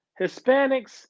Hispanics